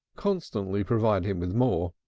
constantly provide him with more.